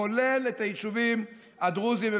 כולל את היישובים הדרוזיים.